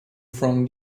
from